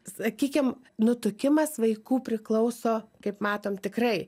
sakykim nutukimas vaikų priklauso kaip matom tikrai